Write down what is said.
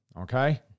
okay